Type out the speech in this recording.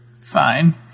Fine